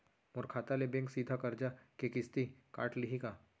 मोर खाता ले बैंक सीधा करजा के किस्ती काट लिही का?